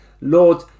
Lord